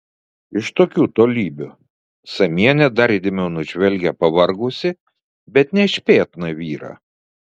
iš tokių tolybių samienė dar įdėmiau nužvelgia pavargusį bet nešpėtną vyrą